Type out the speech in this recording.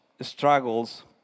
struggles